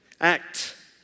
act